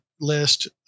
list